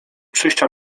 przyjścia